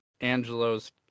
Angelo's